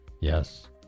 Yes